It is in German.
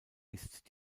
ist